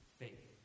faith